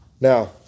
now